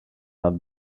not